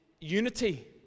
unity